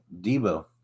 Debo